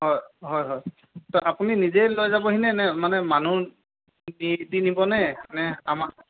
হয় হয় হয় তো আপুনি নিজেই লৈ যাবহিনে নে মানে মানুহ দি দি নিবনে নে আমাক